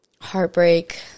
heartbreak